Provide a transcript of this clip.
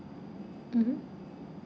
mmhmm